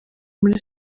muri